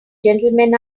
gentlemen